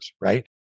right